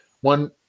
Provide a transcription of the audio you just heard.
one